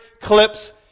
clips